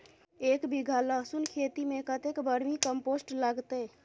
एक बीघा लहसून खेती मे कतेक बर्मी कम्पोस्ट लागतै?